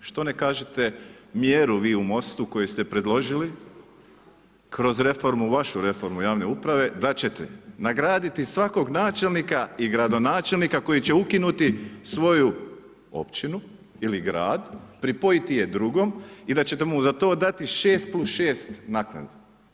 Što ne kažete mjeru vi u MOST-u koji ste predložili kroz reformu, vašu reformu javne uprave da ćete nagraditi svakog načelnika i gradonačelnika koji će ukinuti svoju općinu ili grad, pripojiti je drugom i da ćete mu za to dati 6+6 naknadu.